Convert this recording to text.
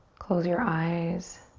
close your eyes.